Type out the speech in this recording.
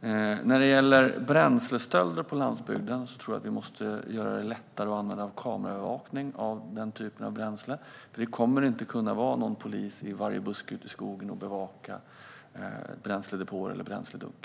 När det gäller bränslestölder på landsbygden tror jag att vi måste göra det lättare att använda kameraövervakning av den typen av bränsle, för det kommer inte att kunna vara en polis i varje buske ute i skogen som bevakar bränsledepåer eller bränsledunkar.